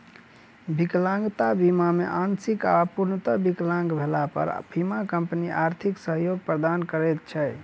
विकलांगता बीमा मे आंशिक वा पूर्णतः विकलांग भेला पर बीमा कम्पनी आर्थिक सहयोग प्रदान करैत छै